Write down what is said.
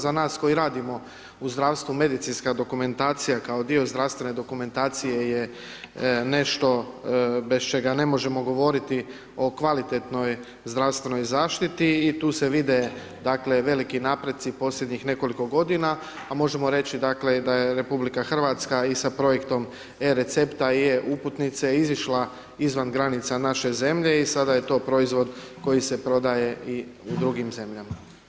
Za nas koji radimo u zdravstvu, medicinska dokumentacija kao dio zdravstvene dokumentacije je nešto bez čega ne možemo govoriti o kvalitetnoj zdravstvenoj zaštiti i tu se vide dakle veliki napreci posljednjih nekoliko godina a možemo reći dakle da je RH i sa projektom e-recepta i e-uputnice izišla izvan granica naše zemlje i sada je to proizvod koji se prodaje i u drugim zemljama.